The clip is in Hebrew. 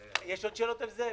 יש עוד שאלות על זה?